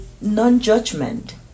non-judgment